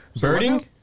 Birding